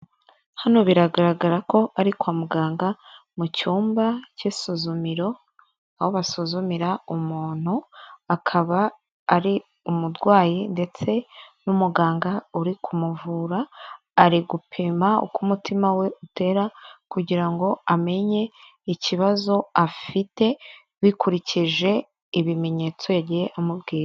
Hano biragaragara ko ari kwa muganga, mu cyumba cy'isuzumiro, aho basuzumira umuntu akaba ari umurwayi ndetse n'umuganga uri kumuvura, ari gupima uko umutima we utera kugira ngo amenye ikibazo afite bikurikije yagiye amubwira.